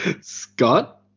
Scott